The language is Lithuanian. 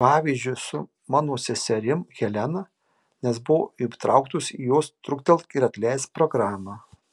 pavyzdžiui su mano seserim helena nes buvo įtrauktas į jos truktelk ir atleisk programą